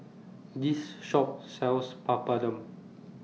This Shop sells Papadum